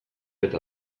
eta